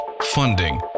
funding